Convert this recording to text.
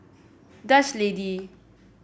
Dutch Lady